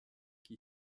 qui